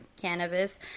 cannabis